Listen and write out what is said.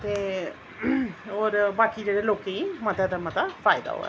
ते होर बाकी जेह्दा लोकें ई मता कोला मता फायदा होऐ